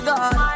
God